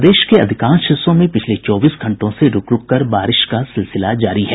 प्रदेश के अधिकांश हिस्सों में पिछले चौबीस घंटों से रूक रूक कर बारिश का सिलसिला जारी है